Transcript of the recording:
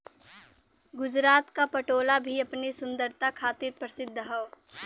गुजरात क पटोला भी अपनी सुंदरता खातिर परसिद्ध हौ